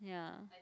ya